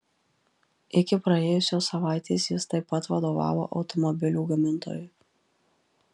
iki praėjusios savaitės jis taip pat vadovavo automobilių gamintojui